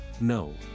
No